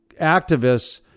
activists